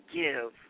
give